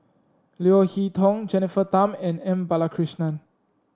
Leo Hee Tong Jennifer Tham and M Balakrishnan